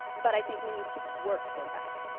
but i think we need to work toward that.